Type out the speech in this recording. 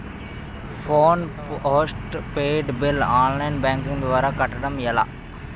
Phone postpaid bill online banking ద్వారా కట్టడం ఎలా?